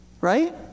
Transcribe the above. Right